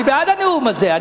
אני בעד הנאום הזה.